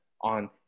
on